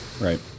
Right